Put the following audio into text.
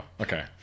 Okay